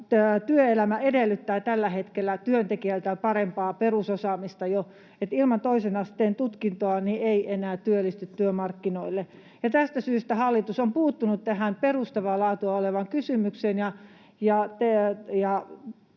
Työelämä edellyttää jo tällä hetkellä työntekijältä parempaa perusosaamista. Ilman toisen asteen tutkintoa ei enää työllisty työmarkkinoille, ja tästä syystä hallitus on puuttunut tähän perustavaa laatua olevaan kysymykseen